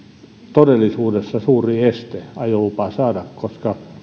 todellisuudessa suuri este ajolupa saada koska